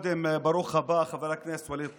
קודם, ברוך הבא, חבר הכנסת ווליד טאהא,